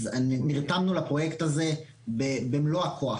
אז נרתמנו לפרויקט הזה במלוא הכוח.